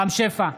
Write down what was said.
רם שפע,